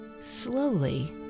Slowly